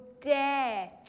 dare